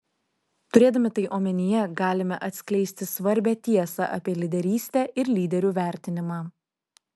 turėdami tai omenyje galime atskleisti svarbią tiesą apie lyderystę ir lyderių vertinimą